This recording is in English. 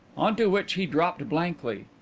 on to which he dropped blankly.